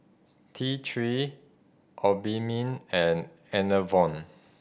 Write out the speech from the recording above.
T Three Obimin and Enervon